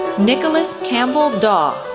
nicholas campbell dawe,